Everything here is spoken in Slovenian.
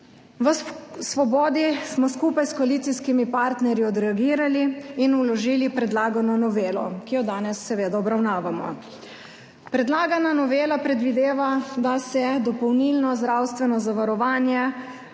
V Svobodi smo skupaj s koalicijskimi partnerji odreagirali in vložili predlagano novelo, ki jo danes seveda obravnavamo. Predlagana novela predvideva, da se dopolnilno zdravstveno zavarovanje